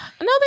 No